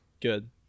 good